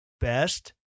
best